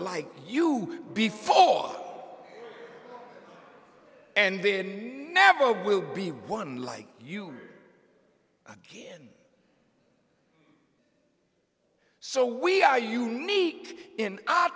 like you before and then never will be one like you again so we are unique in